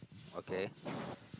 okay